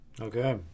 Okay